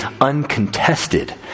uncontested